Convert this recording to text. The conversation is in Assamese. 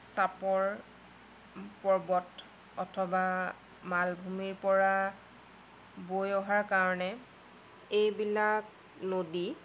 চাপৰ পৰ্বত অথবা মালভূমিৰ পৰা বৈ অহাৰ কাৰণে এইবিলাক নদী